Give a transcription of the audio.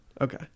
Okay